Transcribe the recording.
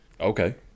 Okay